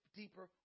deeper